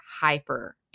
hyper-